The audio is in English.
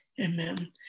Amen